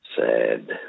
Sad